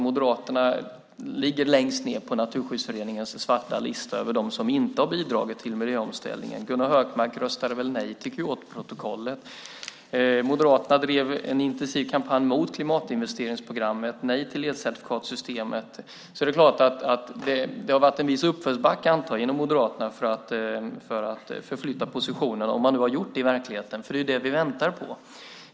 Moderaterna finns med på Naturskyddsföreningens svarta lista över dem som inte har bidragit till miljöomställningen. Jag tror att Gunnar Hökmark röstade nej till Kyotoprotokollet. Moderaterna drev en intensiv kampanj mot klimatinvesteringsprogrammet, och de sade nej till elcertifikatssystemet. Jag antar därför att det har varit en viss uppförsbacke inom Moderaterna för att förflytta positionerna, om man nu har gjort det i verkligheten eftersom det är det som vi väntar på.